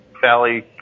valley